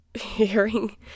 hearing